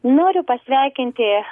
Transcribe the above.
noriu pasveikinti